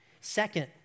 Second